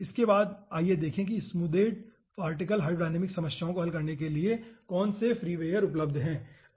इसके बाद आइए देखें कि स्मूदेड पार्टिकल हाइड्रोडायनामिक्स समस्याओं को हल करने के लिए कौन से फ्रीवेयर उपलब्ध हैं ठीक है